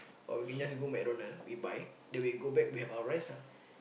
or we can just go McDonald's we buy then we go back we have our rest ah